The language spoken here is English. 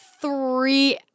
three